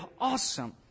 awesome